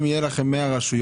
אם יהיו לכם 100 רשויות,